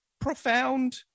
profound